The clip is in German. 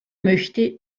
möchte